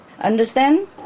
Understand